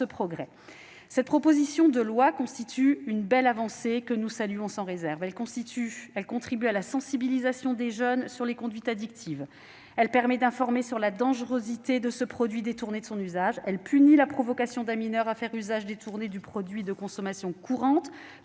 progrès. Cette proposition de loi constitue une belle avancée, que nous saluons sans réserve. Elle contribue à la sensibilisation des jeunes sur les conduites addictives ; elle permet d'informer sur la dangerosité de ce produit détourné de son usage ; elle punit la provocation d'un mineur à faire un usage détourné d'un produit de consommation courante